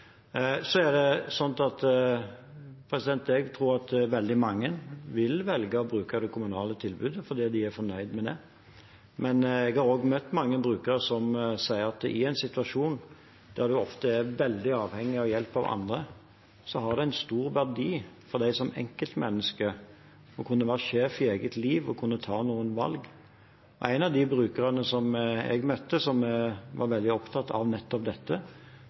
Jeg tror veldig mange vil velge å bruke det kommunale tilbudet fordi de er fornøyd med det, men jeg har også møtt mange brukere som sier at i en situasjon der man ofte er veldig avhengig av hjelp av andre, har det en stor verdi som enkeltmenneske å kunne være sjef i eget liv og kunne ta noen valg. En av de brukerne jeg møtte som var veldig opptatt av dette, sa nettopp